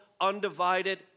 undivided